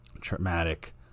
traumatic